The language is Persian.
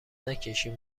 نکشین